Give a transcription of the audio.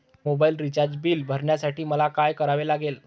Mobile recharge bill भरण्यासाठी मला काय करावे लागेल?